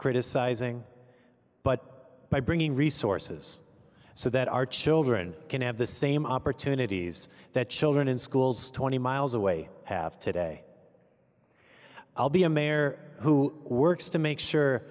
criticizing but by bringing resources so that our children can have the same opportunities that children in schools twenty miles away have today i'll be a mayor who works to make sure